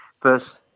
first